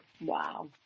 Wow